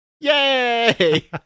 Yay